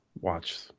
watch